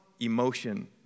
emotion